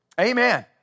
Amen